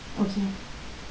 okay